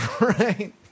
right